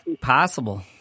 possible